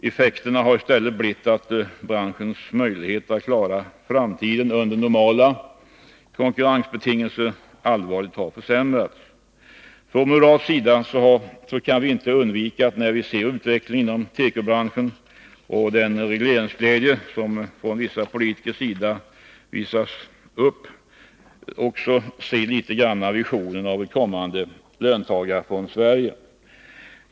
Effekterna har i stället blivit att branschens möjligheter att klara framtiden under normala konkurrensbetingelser allvarligt försämrats. När vi ser utvecklingen inom tekobranschen och den regleringsglädje som visats upp från vissa politikers sida kan vi från moderat sida inte undvika att se visionen av ett kommande löntagarfonds-Sverige.